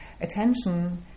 attention